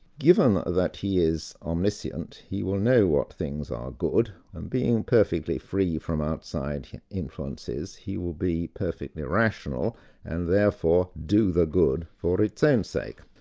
given that he is omniscient, he will know what things are good and being perfectly free from outside influences, he will be perfectly rational and therefore do the good for its own sake.